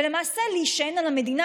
ולמעשה עליהם להישען על המדינה,